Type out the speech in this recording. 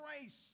grace